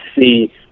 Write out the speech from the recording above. see